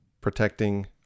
protecting